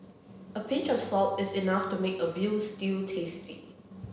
a pinch of salt is enough to make a veal stew tasty